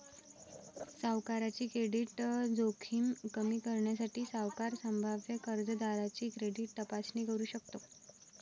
सावकाराची क्रेडिट जोखीम कमी करण्यासाठी, सावकार संभाव्य कर्जदाराची क्रेडिट तपासणी करू शकतो